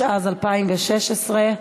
התשע"ז 2016,